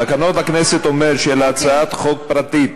תקנון הכנסת אומר שעל הצעת חוק פרטית